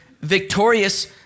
victorious